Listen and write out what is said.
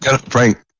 Frank